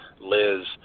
Liz